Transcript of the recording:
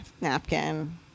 napkin